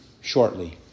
shortly